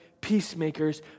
peacemakers